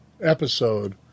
episode